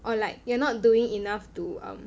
or like you're not doing enough to um